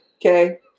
okay